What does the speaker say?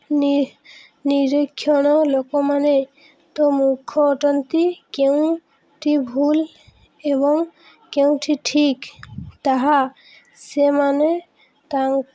ନିରୀକ୍ଷଣ ଲୋକମାନେ ତ ମୂର୍ଖ ଅଟନ୍ତି କେଉଁଟି ଭୁଲ ଏବଂ କେଉଁଟି ଠିକ୍ ତାହା ସେମାନେ ତା